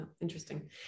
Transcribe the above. interesting